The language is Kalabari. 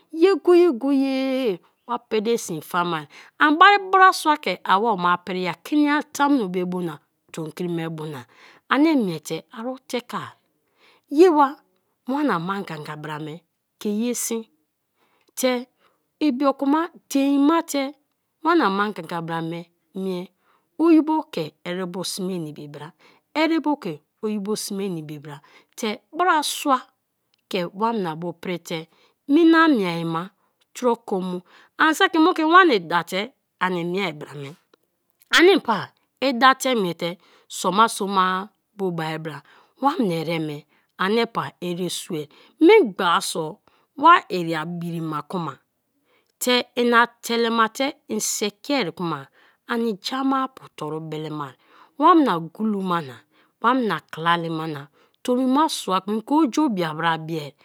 Ye go-go-ye wa pele sin fama an bai brasua ke awoma pri-a keni-nyan tamuno be bu na tomkri be bu na, ani miete aro teke ye wa wana ma gonga bara me ke ye sin te ibioku ma dein ma te wana ma ganga bara me mie; oyibo ke erebo sme na ibi bra, erebo ke oyibo sme na ibi bra te brasua ke wamna bu prite mina miea ma troko mu, ani saki moku en wani da te ani mie bra me ani pa idate miete so ma so ma bo bai bra; wani ereme ani pa ereso. Memgba so wa iria birima kuma te ina telema te en sekia kuma ani jamapu toru belema; wana guluma na wana kilali mana tomma sua kuma i keoju bia bra bia